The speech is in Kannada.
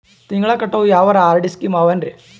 ತಿಂಗಳ ಕಟ್ಟವು ಯಾವರ ಆರ್.ಡಿ ಸ್ಕೀಮ ಆವ ಏನ್ರಿ?